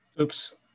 Oops